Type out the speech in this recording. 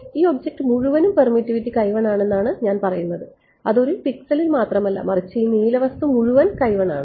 ഈ ഒബ്ജക്റ്റ് മുഴുവനും പെർമിറ്റിവിറ്റി ആണെന്നാണ് ഞാൻ പറയുന്നത് അത് ഒരു പിക്സലിൽ മാത്രമല്ല മറിച്ച് ഈ നീല വസ്തു മുഴുവൻ ആണ്